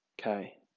Okay